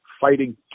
fighting